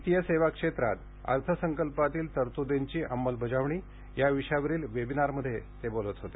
वित्तीय सेवा क्षेत्रात अर्थसंकल्पातील तरतूदींची अंमलबजावणी या विषयावरील वेबिनारमध्ये ते बोलत होते